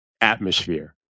atmosphere